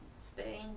Spain